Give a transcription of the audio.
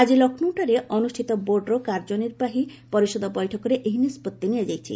ଆଜି ଲକ୍ଷ୍ନୌଠାରେ ଅନୁଷ୍ଠିତ ବୋର୍ଡର କାର୍ଯ୍ୟନିର୍ବାହୀ ପରିଷଦ ବୈଠକରେ ଏହି ନିଷ୍ପଭି ନିଆଯାଇଛି